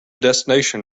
destination